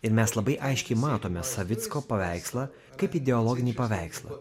ir mes labai aiškiai matome savicko paveikslą kaip ideologinį paveikslą